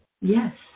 Yes